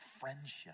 friendship